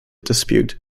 dispute